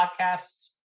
Podcasts